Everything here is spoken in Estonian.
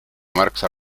märksa